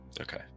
okay